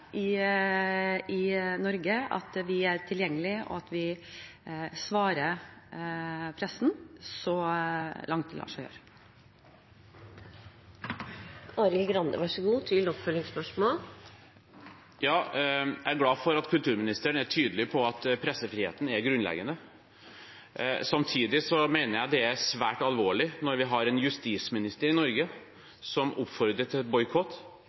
i Norge er tilgjengelige, og at vi svarer pressen så langt det lar seg gjøre. Jeg er glad for at kulturministeren er tydelig på at pressefriheten er grunnleggende. Samtidig mener jeg det er svært alvorlig når vi har en justisminister i Norge som oppfordrer til boikott,